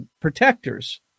protectors